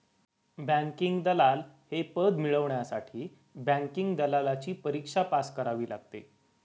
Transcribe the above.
banking दलाल हे पद मिळवण्यासाठी बँकिंग दलालची परीक्षा पास करावी लागते